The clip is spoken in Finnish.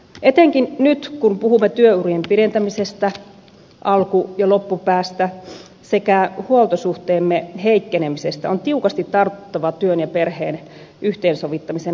etenkin nyt kun puhumme työurien pidentämisestä alku ja loppupäästä sekä huoltosuhteemme heikkenemisestä on tiukasti tartuttava työn ja perheen yhteensovittamisen haasteisiin